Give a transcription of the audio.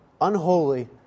unholy